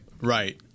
Right